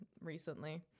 recently